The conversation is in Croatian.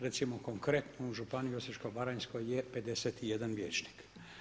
Recimo konkretno u županiji Osječko-baranjskoj je 51 vijećnik.